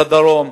לדרום,